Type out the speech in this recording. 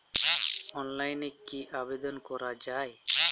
অনলাইনে কি আবেদন করা য়ায়?